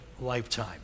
lifetime